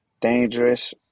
Dangerous